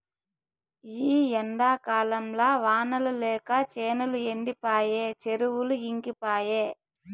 ఈ ఎండాకాలంల వానలు లేక చేనులు ఎండిపాయె చెరువులు ఇంకిపాయె